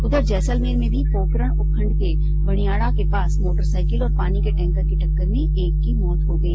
उधर जैसलमेर में भी पोकरण उपखण्ड के भणियाणा के पास मोटरसाईकिल और पानी के टैंकर की टक्कर में एक की मौत हो गई